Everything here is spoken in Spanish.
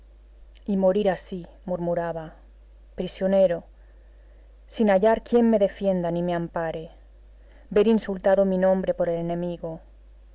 y morir así murmuraba prisionero sin hallar quien me defienda ni me ampare ver insultado mi nombre por el enemigo